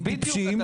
טיפשים,